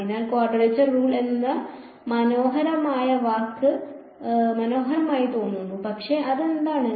അതിനാൽ quadrature rules എന്ന വാക്ക് മനോഹരമായി തോന്നുന്നു പക്ഷേ അതെന്താണ്